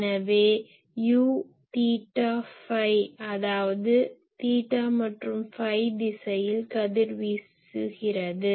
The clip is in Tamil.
எனவே Uதீட்டா ஃபை அதாவது தீட்டா மற்றும் ஃபை திசையில் கதிர்வீசுகிறது